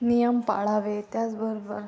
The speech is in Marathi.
नियम पाळावे त्याचबरोबर